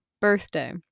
birthday